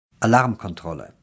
Alarmkontrolle